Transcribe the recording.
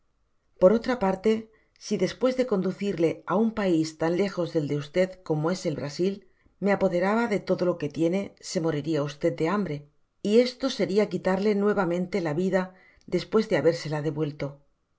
por otra parte si despues de conducirle á uapais tan lejos del de v como es el brasil me apoderaba de todo lo que tiene se moriria y de hambre y esto seria quitarle nuevamente la vida despues de habérsela devuelto